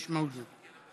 אינו נוכח.